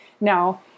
Now